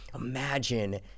imagine